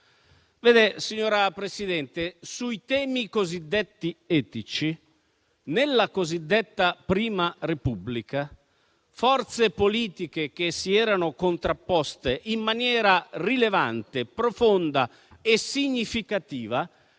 Signora Presidente, sui temi cosiddetti etici, nella cosiddetta Prima Repubblica, forze politiche che si erano contrapposte in maniera rilevante, profonda e significativa